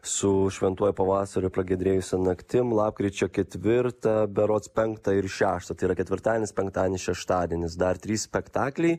su šventuoju pavasariu pragiedrėjusia naktim lapkričio ketvirtą berods penktą ir šeštą tai yra ketvirtadienis penktadienis šeštadienis dar trys spektakliai